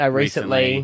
recently